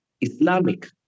Islamic